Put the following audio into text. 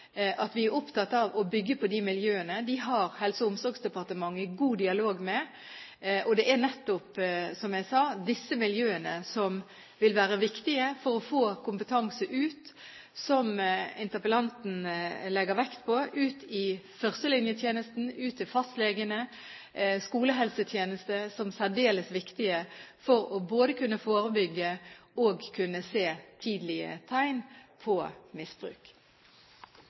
omsorgsdepartementet god dialog med. Det er nettopp disse miljøene som vil være viktige for å få kompetanse ut i førstelinjetjenesten, slik interpellanten legger vekt på – ut til fastlegene og skolehelsetjenesten. Det er særdeles viktig for både å kunne forebygge og se tidlige tegn på misbruk.